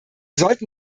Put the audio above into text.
sollten